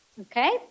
Okay